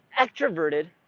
extroverted